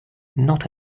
not